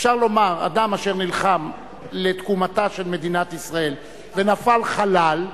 אפשר לומר: אדם אשר נלחם לתקומתה של מדינת ישראל ונפל חלל,